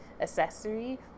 accessory